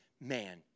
man